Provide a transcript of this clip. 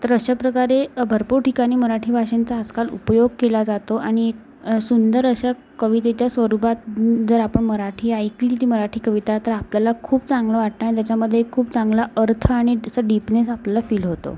तर अशाप्रकारे भरपूर ठिकाणी मराठी भाषेचा आजकाल उपयोग केला जातो आणि सुंदर अशा कवितेच्या स्वरूपात जर आपण मराठी ऐकली ती मराठी कविता तर आपल्याला खूप चांगलं वाटतं आणि त्याच्यामध्ये खूप चांगला अर्थ आणि असा डीपनेस आपल्याला फिल होतो